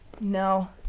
No